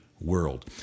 world